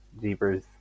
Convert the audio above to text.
jeepers